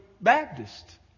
Baptist